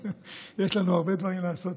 יש לנו הרבה דברים לעשות,